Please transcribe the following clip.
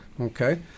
Okay